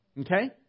Okay